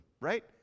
right